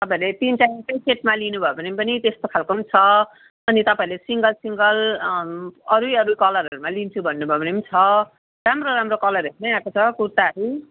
तपाईहरूले तिनवटा एउटै सेटमा लिनुभयो भने पनि त्यस्तो खालको पनि छ अनि तपाईँहरूले सिङ्गल सिङ्गल अरू अरू कलरमा लिन्छु भन्नुभयो भने पनि छ राम्रो राम्रो कलरहरूमै आएको छ कुर्ताहरू